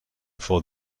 for